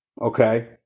Okay